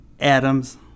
Adams